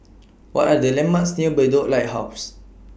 What Are The landmarks near Bedok Lighthouse